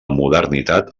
modernitat